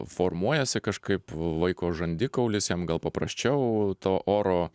formuojasi kažkaip vaiko žandikaulis jam gal paprasčiau to oro